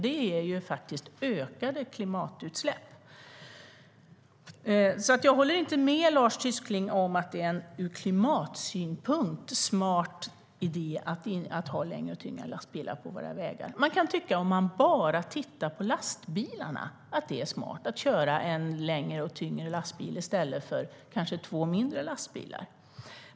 Det ger ökade klimatutsläpp. Jag håller alltså inte med Lars Tysklind om att det är en ur klimatsynpunkt smart idé att ha längre och tyngre lastbilar på våra vägar. Om man bara tittar på lastbilarna kan man tycka att det är smart att köra en längre och tyngre lastbil i stället för kanske två mindre lastbilar.